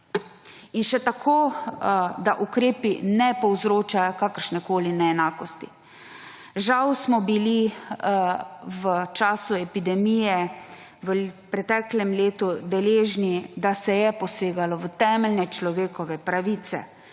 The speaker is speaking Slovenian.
in to tako, da ukrepi ne povzročajo kakršnekoli neenakosti. Žal smo bili v času epidemije v preteklem letu deležni tega, da se je posegalo v temeljne človekove pravice.